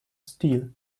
steel